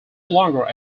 longer